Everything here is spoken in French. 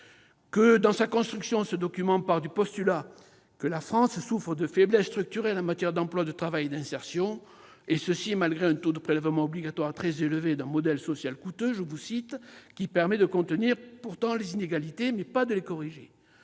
Dans sa construction, il part du postulat que la France souffre de faiblesses structurelles en matière d'emploi, de travail et d'insertion, ce malgré un taux de prélèvements obligatoires très élevé et un modèle social coûteux, qui permet de contenir les inégalités, mais pas de les corriger.